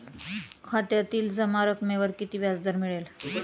खात्यातील जमा रकमेवर किती व्याजदर मिळेल?